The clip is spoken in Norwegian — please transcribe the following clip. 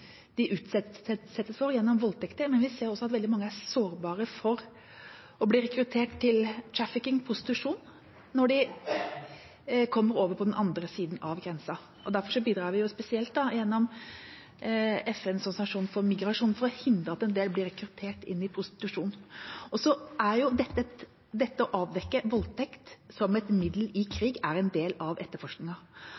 for gjennom voldtekter, men vi ser også at veldig mange er sårbare for å bli rekruttert til trafficking og prostitusjon når de kommer over på den andre sida av grensen. Derfor bidrar vi spesielt gjennom FNs organisasjon for migrasjon for å hindre at en del blir rekruttert inn i prostitusjon. Så er det jo slik at det å avdekke voldtekt som et middel i